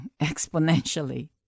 exponentially